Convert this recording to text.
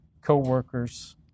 co-workers